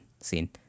scene